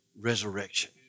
resurrection